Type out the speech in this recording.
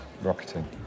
rocketing